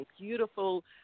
beautiful